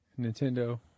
nintendo